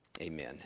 Amen